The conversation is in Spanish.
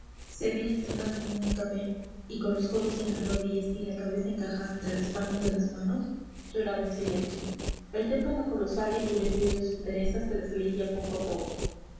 se había sentado en un escabel y con los codos en las rodillas y la cabeza encajada entre las palmas de las manos lloraba en silencio el témpano colosal y endurecido de su entereza se desleía poco a poco